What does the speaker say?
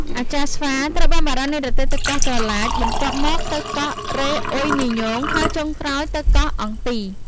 អាចារ្យស្វាត្រូវបានបារាំងនិរទេសទៅកោះត្រឡាច បន្ទាប់មកទៅកោះរេអុយនីញូង ហើយចុងក្រោយទៅកោះអង់ទី។